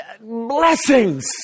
Blessings